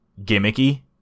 gimmicky